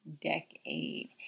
decade